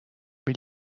بیل